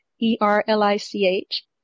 E-R-L-I-C-H